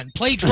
play